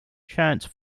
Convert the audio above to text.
chance